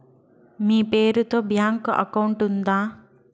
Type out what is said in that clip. మీ పేరు తో bank account ఉందా?